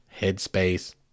headspace